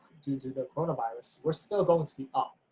due to the coronavirus, we're still going to be up.